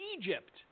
Egypt